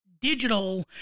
digital